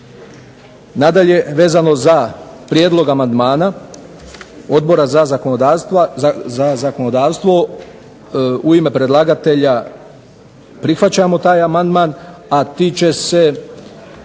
Nadalje, vezano za prijedlog amandmana Odbora za zakonodavstvo u ime predlagatelja prihvaćamo taj amandman, a tiče se